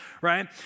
right